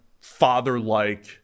father-like